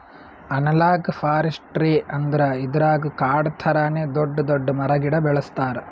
analogue forestry ಅಂದ್ರ ಇದ್ರಾಗ್ ಕಾಡ್ ಥರಾನೇ ದೊಡ್ಡ್ ದೊಡ್ಡ್ ಮರ ಗಿಡ ಬೆಳಸ್ತಾರ್